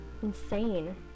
insane